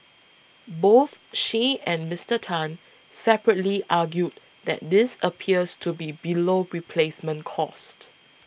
both she and Mister Tan separately argued that this appears to be below replacement cost